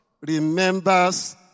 remembers